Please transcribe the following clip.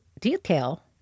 detail